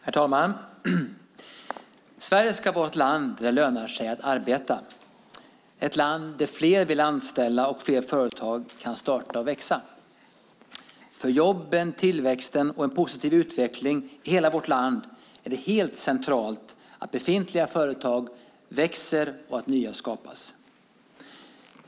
Herr talman! Sverige ska vara ett land där det lönar sig att arbeta och ett land där fler vill anställa och fler företag kan starta och växa. För jobben, tillväxten och en positiv utveckling i hela vårt land är det helt centralt att befintliga företag växer och att nya skapas.